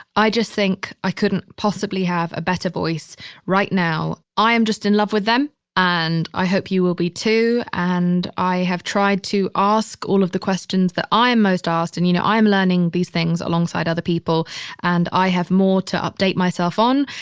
i just think i couldn't possibly have a better voice right now. i am just in love with them and i hope you will be too. and i have tried to ask all of the questions that i am most asked. and, you know, i am learning these things alongside other people and i have more to update myself on.